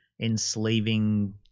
enslaving